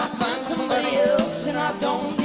somebody else and i don't